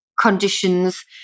conditions